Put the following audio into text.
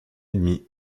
ennemi